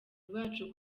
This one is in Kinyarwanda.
rwacu